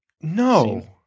No